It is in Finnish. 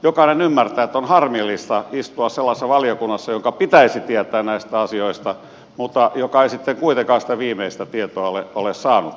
jokainen ymmärtää että on harmillista istua sellaisessa valiokunnassa jonka pitäisi tietää näistä asioista mutta joka ei sitten kuitenkaan sitä viimeistä tietoa ole saanut